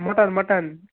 mutton mutton